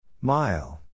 Mile